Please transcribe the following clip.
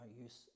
use